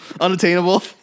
Unattainable